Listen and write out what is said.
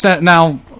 now